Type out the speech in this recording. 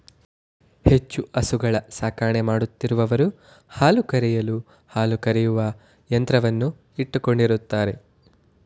ಹೆಚ್ಚು ಹಸುಗಳ ಸಾಕಣೆ ಮಾಡುತ್ತಿರುವವರು ಹಾಲು ಕರೆಯಲು ಹಾಲು ಕರೆಯುವ ಯಂತ್ರವನ್ನು ಇಟ್ಟುಕೊಂಡಿರುತ್ತಾರೆ